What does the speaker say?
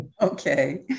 okay